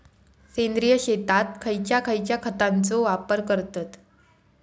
सेंद्रिय शेतात खयच्या खयच्या खतांचो वापर करतत?